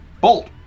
bolt